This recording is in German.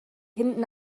hinten